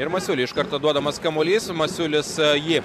ir masiulį iš karto duodamas kamuolys masiulis jį